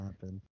happen